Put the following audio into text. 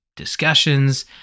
discussions